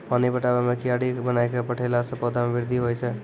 पानी पटाबै मे कियारी बनाय कै पठैला से पौधा मे बृद्धि होय छै?